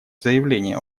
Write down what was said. заявление